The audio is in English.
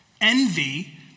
envy